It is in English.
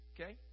okay